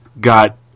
got